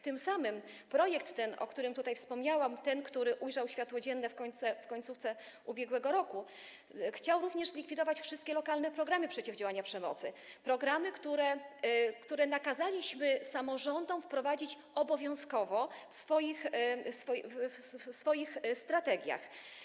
Tym samym projekt, o którym tutaj wspomniałam, ten, który ujrzał światło dzienne w końcówce ubiegłego roku, chciał również zlikwidować wszystkie lokalne programy przeciwdziałania przemocy, programy, które nakazaliśmy samorządom wprowadzić obowiązkowo w swoich strategiach.